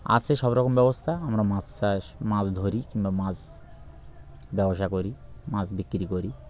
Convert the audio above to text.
আছে সব রকম ব্যবস্থা আমরা মাছ চাষ মাছ ধরি কিংবা মাছ ব্যবসা করি মাছ বিক্রি করি